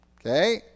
Okay